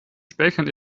speichern